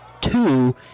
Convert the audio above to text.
two